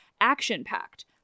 action-packed